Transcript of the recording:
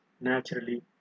naturally